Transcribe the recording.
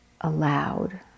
allowed